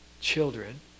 children